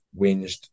whinged